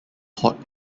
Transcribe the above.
hot